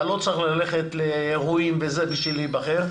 אתה לא צריך ללכת לאירועים בשביל להיבחר.